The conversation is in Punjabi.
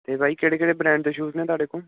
ਅਤੇ ਬਾਈ ਕਿਹੜੇ ਕਿਹੜੇ ਬਰੈਂਡ ਦੇ ਸ਼ੂਜ਼ ਨੇ ਤੁਹਾਡੇ ਕੋਲ